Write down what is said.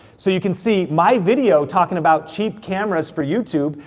so you can see my video talking about cheap cameras for youtube,